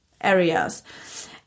areas